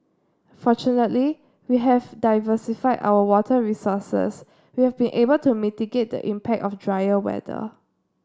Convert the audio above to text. fortunately we have diversified our water resources we have been able to mitigate the impact of drier weather